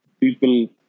people